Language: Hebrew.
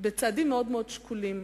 בצעדים מאוד שקולים.